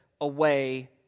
away